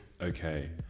Okay